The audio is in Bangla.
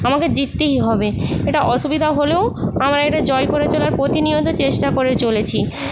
আমাকে জিততেই হবে এটা অসুবিধা হলেও আমার একটা জয় করে চলার প্রতিনিয়ত চেষ্টা করে চলেছি